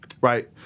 Right